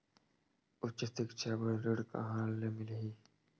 उच्च सिक्छा बर ऋण कहां ले मिलही?